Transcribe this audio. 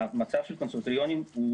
המצב של הקונסרבטוריונים הוא